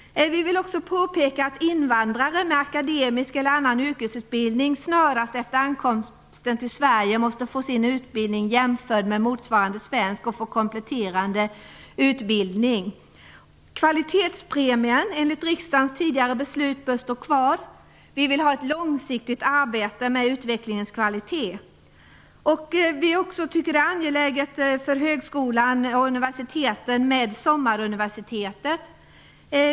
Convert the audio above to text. Vi vill också påpeka att invandrare med akademisk utbildning eller annan yrkesutbildning snarast efter ankomsten till Sverige måste få sin utbildning jämförd med motsvarande svensk och få kompletterande utbildning. Kvalitetspremien enligt riksdagens tidigare beslut bör stå kvar. Vi vill ha ett långsiktigt arbete med utvecklingens kvalitet. Vi tycker också att det är angeläget med sommaruniversitetet för högskolan och universiteten.